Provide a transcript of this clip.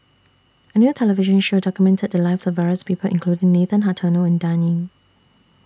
A New television Show documented The Lives of various People including Nathan Hartono and Dan Ying